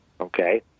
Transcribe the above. okay